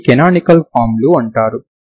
వాటిని కనానికల్ ఫామ్లు అంటారు